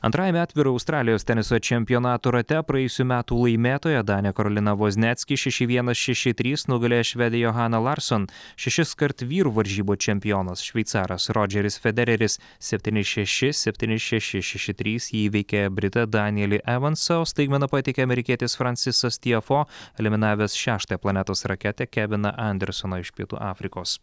antrajame atviro australijos teniso čempionato rate praėjusių metų laimėtoja danė karolina vozniacki šeši vienas šeši trys nugalėjo švedę johaną larson šešiskart vyrų varžybų čempionas šveicaras rodžeris federeris septyni šeši septyni šeši šeši trys įveikė britą danielį evansą o staigmeną pateikė amerikietis francisas tiafo eliminavęs šeštąją planetos raketę keviną andersoną iš pietų afrikos